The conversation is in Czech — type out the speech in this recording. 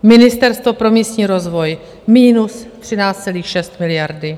Ministerstvo pro místní rozvoj minus 13,6 miliardy;